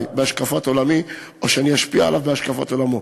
בהשקפת עולמי או שאני אשפיע עליו בהשקפת עולמו,